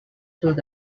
through